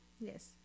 Yes